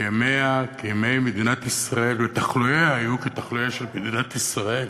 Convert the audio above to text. שימיה כימי מדינת ישראל ותחלואיה היו כתחלואיה של מדינת ישראל.